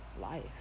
Life